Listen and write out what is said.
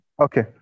Okay